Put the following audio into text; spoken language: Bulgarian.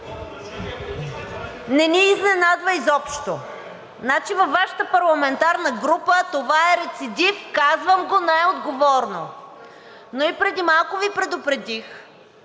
не ни изненадва изобщо! Значи във Вашата парламентарна група това е рецидив – казвам го най-отговорно! Но и преди малко Ви предупредих,